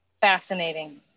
Fascinating